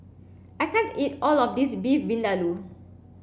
I can't eat all of this Beef Vindaloo